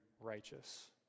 righteous